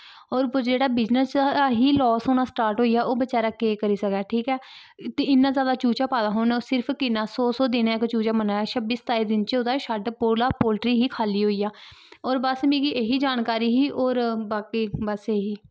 होर उप्पर जेह्ड़ा बिजनेस हा ऐ ही लास होना स्टार्ट होई गेआ ओह् बचैरा केह् करी सकदा ठीक ऐ ते इन्ना जादा चूचा पाए दा हा उनें ओह् सिर्फ किन्ना सौ सौ दिने दा इक चूचा मरना छब्बी सताई दिन च ओह्दा शेड्ड पोर्ट्रा पोल्ट्री ही खा'ल्ली होई गेआ होर बस मिगी एह् ही जानकारी ही होर बाकी बस इ'यै